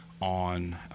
on